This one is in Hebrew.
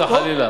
חס וחלילה.